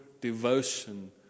devotion